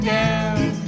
down